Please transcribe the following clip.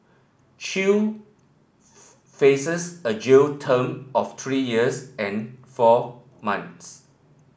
chew faces a jail term of three years and four months